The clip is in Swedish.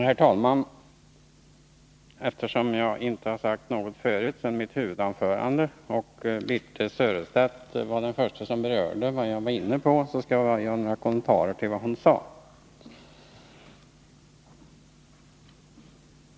Herr talman! Eftersom jag inte har sagt någonting förut sedan mitt huvudanförande och Birthe Sörestedt var den första som berörde vad jag var inne på, skall jag göra några kommentarer till vad hon sade.